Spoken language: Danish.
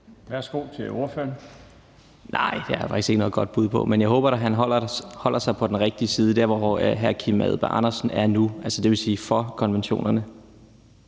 Rona (M): Det har jeg faktisk ikke noget godt bud på, men jeg håber da, at han holder sig på den rigtige side, altså der, hvor hr. Kim Edberg Andersen er nu, dvs. der, hvor man er for konventionerne.